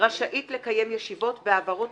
רשאית לקיים ישיבות בהעברות